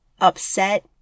upset